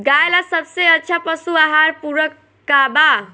गाय ला सबसे अच्छा पशु आहार पूरक का बा?